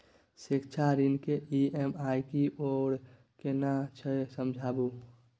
शिक्षा ऋण के ई.एम.आई की आर केना छै समझाबू?